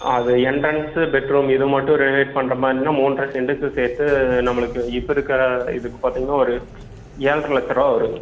அது entrance bedroom இது மட்டும் ரெனவேட் பண்ணுற மாதிரி இருந்துன்னா மூன்ற செண்டுக்கு சேர்த்து நம்மளுக்கு இப்போ இருக்கிற இதுக்கு பார்த்திங்கனா ஒரு ஏழ்ரை லட்ச ரூபா வருங்க